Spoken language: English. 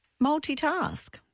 multitask